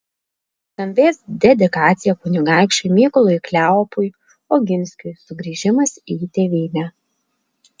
skambės dedikacija kunigaikščiui mykolui kleopui oginskiui sugrįžimas į tėvynę